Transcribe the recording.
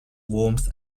warmth